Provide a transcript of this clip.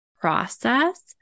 process